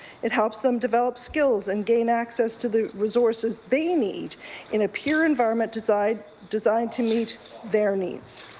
it helps them develop skills and gain access to the resources they need in a peer environment designed designed to meet their needs.